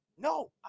No